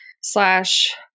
slash